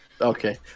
Okay